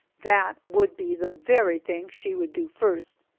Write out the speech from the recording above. that would be the very thing she would do first!